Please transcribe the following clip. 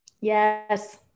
Yes